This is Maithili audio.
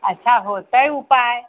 अच्छा होतै उपाय